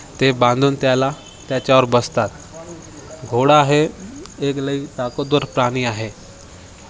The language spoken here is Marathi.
ते बांधून त्याला त्याच्यावर बसतात घोडा हे एक लई ताकदवर प्राणी आहे